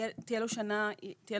תהיה לו שנה --- לא,